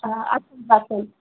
ହଁ ଆସନ୍ତୁ ଆସନ୍ତୁ